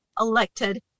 elected